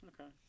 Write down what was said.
Okay